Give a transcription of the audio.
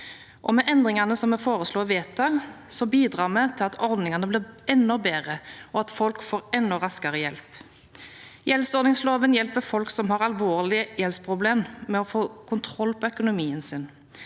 Med endringene som vi foreslår å vedta, bidrar vi til at ordningene blir enda bedre, og at folk får enda raskere hjelp. Gjeldsordningsloven hjelper folk som har alvorlige gjeldsproblemer, med å få kontroll på økonomien sin.